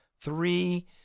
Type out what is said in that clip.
Three